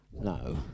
No